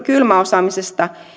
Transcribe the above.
kylmäosaamista